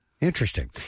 interesting